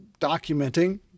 documenting